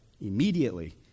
Immediately